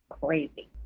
crazy